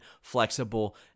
flexible